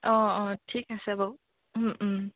অঁ অঁ ঠিক আছে বাৰু